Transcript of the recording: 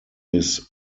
his